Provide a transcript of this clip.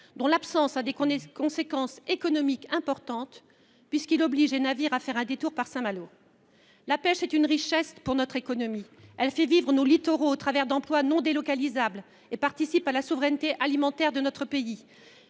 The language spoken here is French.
dont l’absence a des conséquences économiques importantes puisqu’il oblige les navires à faire un détour par Saint Malo ! La pêche est une richesse pour notre économie. Elle fait vivre nos littoraux au travers d’emplois non délocalisables et participe à la souveraineté alimentaire de notre pays.